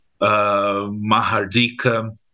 Mahardika